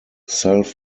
self